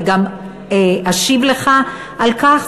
וגם אשיב לך על כך.